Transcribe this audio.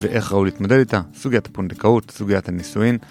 ואיך ראוי להתמודד איתה? סוגיית הפונדקאות? סוגיית הנישואין?